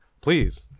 please